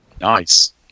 Nice